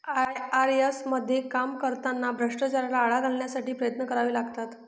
IRS मध्ये काम करताना भ्रष्टाचाराला आळा घालण्यासाठी प्रयत्न करावे लागतात